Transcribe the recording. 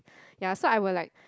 ya so I will like